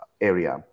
area